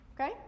Okay